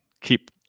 keep